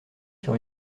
sur